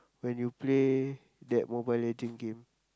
when you play that Mobile-Legend game